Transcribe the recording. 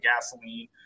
gasoline